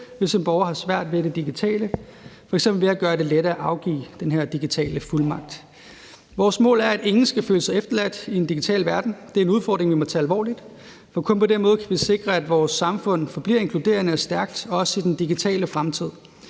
hvis en borger har svært ved det digitale, f.eks. ved at gøre det lettere at give den her digitale fuldmagt. Vores mål er, at ingen skal føle sig efterladt i en digital verden. Det er en udfordring, vi må tage alvorligt, for kun på den måde kan vi sikre, at vores samfund forbliver inkluderende og stærkt, også i den digitale fremtid.